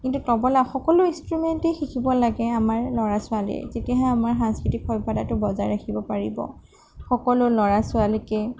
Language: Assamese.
কিন্তু তবলা সকলো ইনষ্ট্ৰোমেণ্টেই শিকিব লাগে আমাৰ ল'ৰা ছোৱালীয়ে তেতিয়াহে আমাৰ সাংস্কৃতিক সভ্যতাটো বজাই ৰাখিব পাৰিব সকলো ল'ৰা ছোৱালীকে